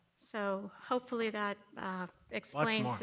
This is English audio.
so hopefully that explains.